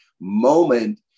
moment